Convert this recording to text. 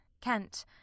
Kent